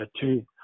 two